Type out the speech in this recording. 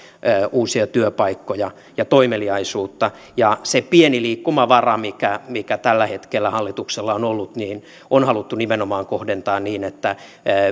uusia työpaikkoja ja toimeliaisuutta ja se pieni liikkumavara mikä mikä tällä hetkellä hallituksella on ollut on haluttu nimenomaan kohdentaa niin että